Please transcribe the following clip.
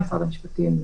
משרד המשפטים.